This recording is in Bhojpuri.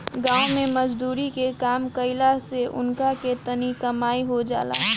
गाँव मे मजदुरी के काम कईला से उनका के तनी कमाई हो जाला